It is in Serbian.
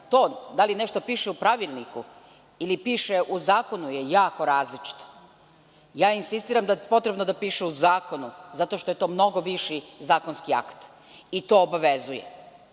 da li nešto piše u pravilniku ili piše u zakonu, je jako različito i ja insistiram da je potrebno da piše u zakonu, jer to je mnogo viši zakonski akt i to obavezuje